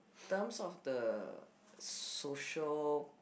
terms of the social